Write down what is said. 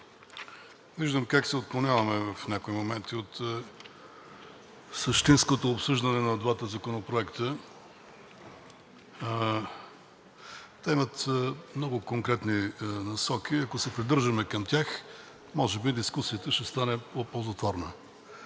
виждам как се отклоняваме в някои моменти от същинското обсъждане на двата законопроекта. Те имат много конкретни насоки. Ако се придържаме към тях, може би дискусията ще стане по-ползотворна.